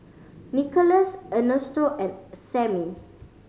Nickolas Ernesto and Sammy